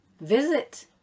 Visit